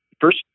first